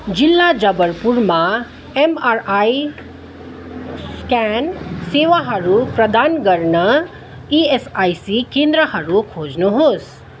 जिल्ला जबलपुरमा MRI scan सेवाहरू प्रदान गर्न इएसआइसी केन्द्रहरू खोज्नुहोस्